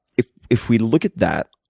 if if we look at that,